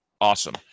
Awesome